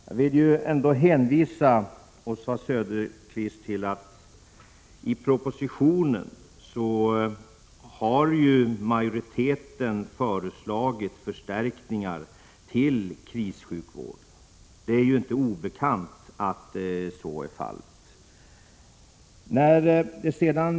Jag vill hänvisa Oswald Söderqvist till att det i propositionen har föreslagits förstärkningar till krigssjukvård. Det är ju inte obekant att så är fallet.